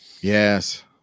Yes